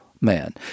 man